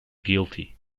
guilty